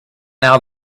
now